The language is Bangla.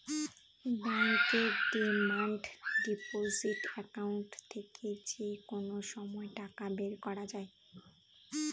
ব্যাঙ্কের ডিমান্ড ডিপোজিট একাউন্ট থেকে যে কোনো সময় টাকা বের করা যায়